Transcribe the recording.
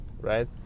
right